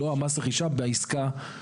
לא מס הרכישה --- הפרויקטים.